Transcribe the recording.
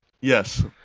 Yes